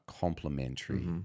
complementary